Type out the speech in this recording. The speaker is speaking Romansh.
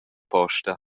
posta